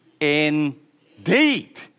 indeed